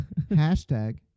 Hashtag